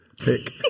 Pick